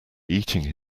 eating